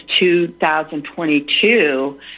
2022